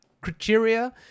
criteria